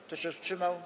Kto się wstrzymał?